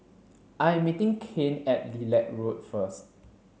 I am meeting Kane at Lilac Road first